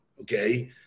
okay